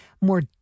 more